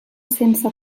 sense